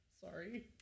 Sorry